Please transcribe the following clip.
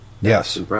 Yes